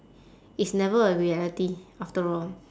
it's never a reality after all